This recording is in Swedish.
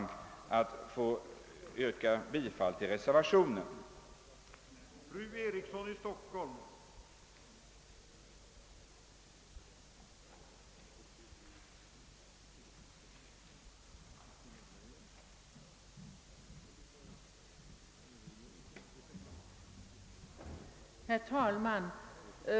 Jag ber att få yrka bifall till reservationen ÅA.